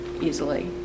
easily